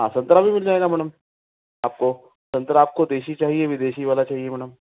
हाँ सन्तरा भी मिल जाएगा मैडम आपको संतरा आपको देसी चाहिए विदेशी वाला चाहिए मैडम